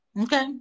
Okay